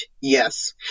yes